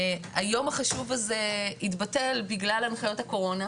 היום החשוב הזה התבטל בגלל הנחיות הקורונה,